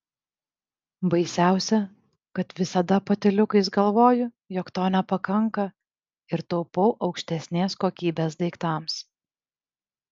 baisiausia kad visada patyliukais galvoju jog to nepakanka ir taupau aukštesnės kokybės daiktams